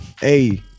Hey